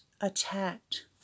attacked